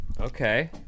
Okay